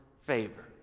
favor